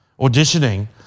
auditioning